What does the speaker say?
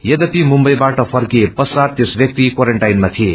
यद्वपि मुम्बईबाट फर्किए पश्चात तयस व्याक्ति क्वारेन्टाईनमा थिए